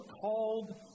called